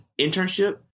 internship